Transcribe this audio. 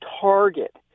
target